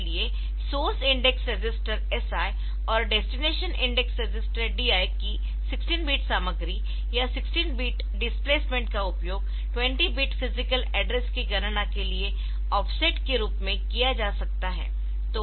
इसलिए source index register SI और destination index register DI की 16 बिट सामग्री या 16 बिट डिस्प्लेसमेंट का उपयोग 20 बिट फिजिकल एड्रेस की गणना के लिए ऑफसेट के रूप में किया जा सकता है